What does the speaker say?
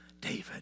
David